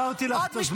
אבל עצרתי לך את הזמן.